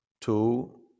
two